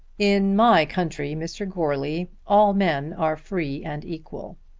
in my country, mr. goarly, all men are free and equal.